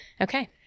Okay